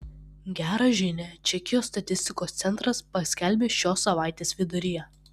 gerą žinią čekijos statistikos centras paskelbė šios savaitės viduryje